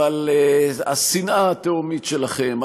אבל השנאה התהומית שלכם,